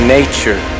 nature